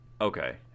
Okay